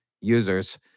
users